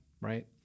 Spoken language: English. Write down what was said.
right